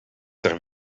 ter